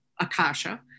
Akasha